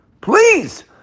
Please